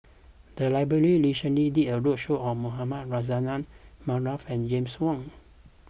the library recently did a roadshow on Mohamed Rozani Maarof and James Wong